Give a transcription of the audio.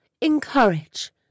encourage